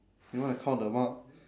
you wanna count the amount